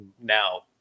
now